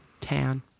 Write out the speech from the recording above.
tan